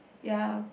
ya